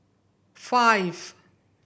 five